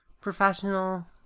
professional